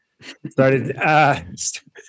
Started